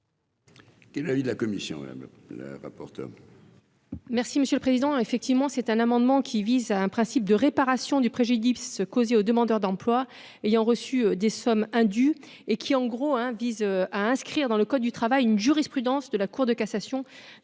Quel est l'avis de la commission